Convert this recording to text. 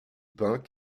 peint